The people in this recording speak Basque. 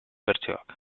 bertsioak